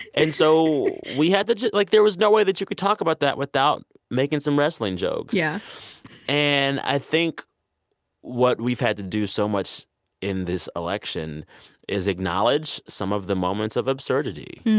and so we had like there was no way that you could talk about that without making some wrestling jokes. yeah and i think what we've had to do so much in this election is acknowledge some of the moments of absurdity.